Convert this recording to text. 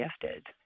gifted